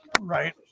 right